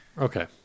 Okay